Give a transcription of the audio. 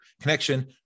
connection